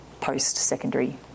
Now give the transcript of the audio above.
post-secondary